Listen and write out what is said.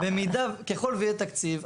ככל שיהיה תקציב,